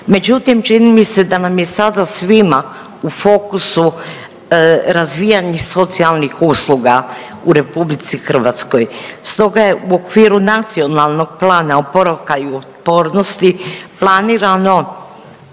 Međutim, čini mi se da nam je sada svima u fokusu razvijanje socijalnih usluga u RH. Stoga je u okviru Nacionalnog plana oporavka i otpornosti planirano